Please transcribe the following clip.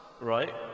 right